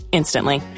instantly